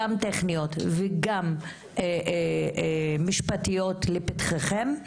גם טכניות וגם משפטיות לפתחכם,